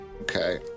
okay